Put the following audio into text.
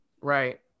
right